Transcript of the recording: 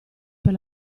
per